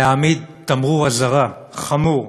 להעמיד תמרור אזהרה חמור